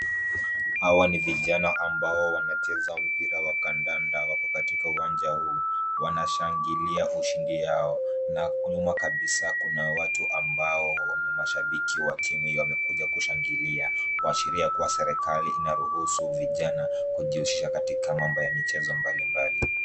Hawa ni vijana ambao wanacheza mpira wa kandanda. Wako katika uwanja huu. Wanashangilia ushindi yao na huku nyuma kabisa kuna watu ambao ni mashabiki wa timu hii wamekuja kushangilia. Kuashiria kuwa serikali inaruhusu vijana kujihusisha katika mambo ya michezo mbalimbali.